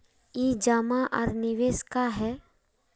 ई जमा आर निवेश का है?